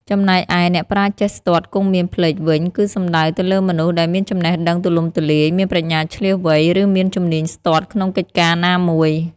ចំណែកឯ អ្នកប្រាជ្ញចេះស្ទាត់គង់មានភ្លេច វិញ គឺសំដៅទៅលើមនុស្សដែលមានចំណេះដឹងទូលំទូលាយ មានប្រាជ្ញាឈ្លាសវៃ ឬមានជំនាញស្ទាត់ក្នុងកិច្ចការណាមួយ។